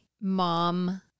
mom